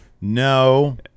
no